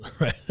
Right